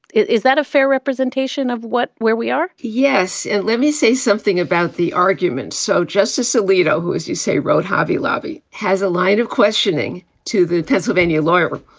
is that a fair representation of what where we are? yes. and let me say something about the arguments. so justice alito, who, as you say, wrote hobby lobby, has a line of questioning to the pennsylvania lawyer.